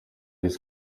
his